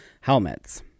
helmets